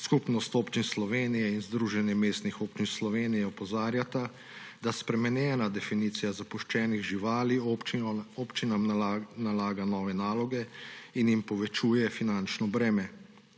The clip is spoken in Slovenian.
Skupnost občin Slovenije in Združenje mestnih občin Slovenije opozarjata, da spremenjena definicija zapuščenih živali občinam nalaga nove naloge in jim povečuje finančno breme.